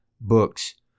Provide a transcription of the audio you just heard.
books